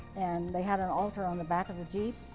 and they had an altar on the back of the jeep.